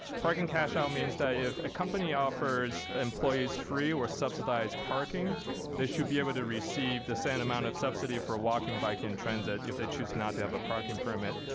parking cashout means if a company offers employees free or subsidized parking they should be able to receive the same amount of subsidy for walking, bike and transit if they choose not to have a parking permit.